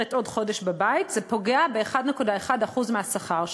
נשארת עוד חודש בבית, זה פוגע ב-1.1% מהשכר שלה.